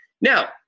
Now